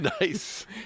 Nice